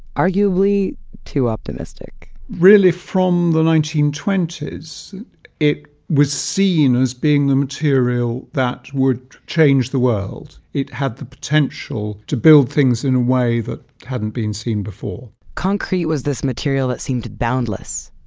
arguably too optimistic really from the nineteen twenty s it was seen as being the material that would change the world. it had the potential to build things in a way that hadn't been seen before concrete was this material that seemed boundless,